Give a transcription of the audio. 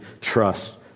trust